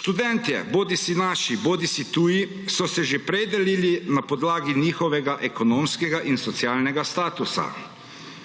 Študentje, bodisi naši, bodisi tuji so se že prej delili na podlagi njihovega ekonomskega in socialnega statusa.